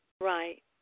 Right